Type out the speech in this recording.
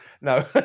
No